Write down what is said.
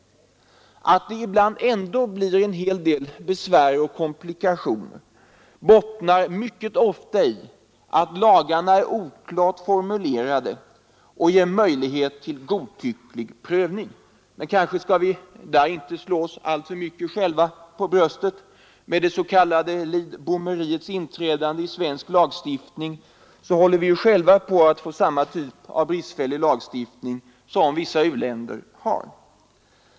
Att det ibland ändå blir en hel del besvär och komplikationer bottnar mycket ofta i att lagarna är oklart formulerade och ger möjlighet till en godtycklig prövning. Men därvidlag skall vi kanske inte slå oss alltför mycket för bröstet. Med det s.k. Lidbomeriets inträde i svensk lagstift ning håller vi själva på att få samma typ av bristfällig lagstiftning som vissa u-länder har.